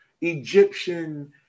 Egyptian